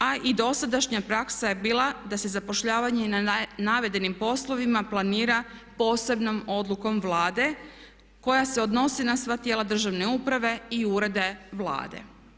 A i dosadašnja praksa je bila da se zapošljavanje na navedenim poslovima planira posebnom odlukom Vlade koja se odnosi na sva tijela državne uprave i urede Vlade.